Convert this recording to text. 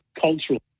cultural